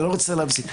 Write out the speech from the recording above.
אני לא רוצה להפסיד.